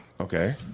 Okay